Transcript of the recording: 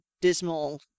dismal